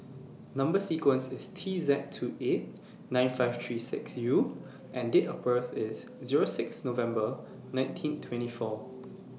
Number sequences IS T Z two eight nine five three six U and Date of birth IS Zero six November nineteen twenty four